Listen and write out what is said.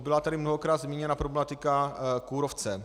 Byla tady mnohokrát zmíněna problematika kůrovce.